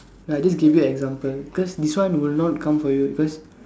I just give you example cause this one will not come for you cause